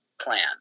plan